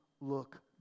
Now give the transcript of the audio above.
look